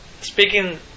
Speaking